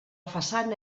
façana